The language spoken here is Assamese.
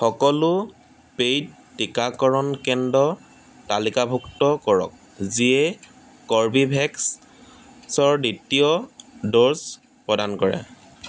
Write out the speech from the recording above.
সকলো পেইড টীকাকৰণ কেন্দ্ৰ তালিকাভুক্ত কৰক যিয়ে কৰ্বীভেক্সৰ দ্বিতীয় ড'জ প্ৰদান কৰে